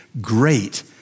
great